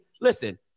listen